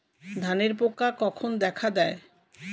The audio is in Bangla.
ধানের পোকা কখন দেখা দেয়?